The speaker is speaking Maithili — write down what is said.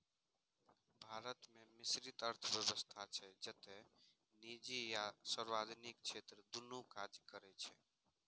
भारत मे मिश्रित अर्थव्यवस्था छै, जतय निजी आ सार्वजनिक क्षेत्र दुनू काज करै छै